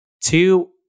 Two